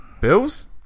Bills